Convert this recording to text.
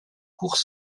court